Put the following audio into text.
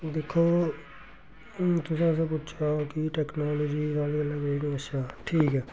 दिक्खो हून तुसें असेंगी पुच्छेआ कि टैक्नोलाजी दा साढ़े बेल्लै अच्छा ठीक ऐ